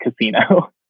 casino